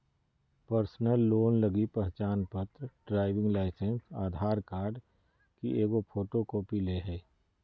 personal loan लगी पहचानपत्र, driving licence, Aadhaar card की एगो फोटोकॉपी ले हइ